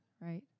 right